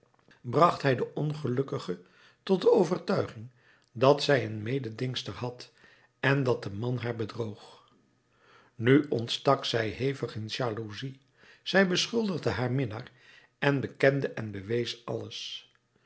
bracht hij de ongelukkige tot de overtuiging dat zij een mededingster had en dat de man haar bedroog nu ontstak zij hevig in jaloezie zij beschuldigde haar minnaar en bekende en bewees alles